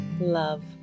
love